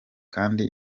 kandi